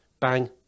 bang